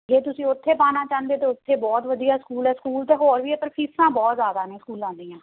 ਜੇ ਤੁਸੀਂ ਉੱਥੇ ਪਾਉਣਾ ਚਾਹੁੰਦੇ ਹੋ ਤਾਂ ਉੱਥੇ ਬਹੁਤ ਵਧੀਆ ਸਕੂਲ ਹੈ ਸਕੂਲ ਤਾਂ ਹੋਰ ਵੀ ਹੈ ਪਰ ਫੀਸਾਂ ਬਹੁਤ ਜ਼ਿਆਦਾ ਨੇ ਸਕੂਲਾਂ ਦੀਆਂ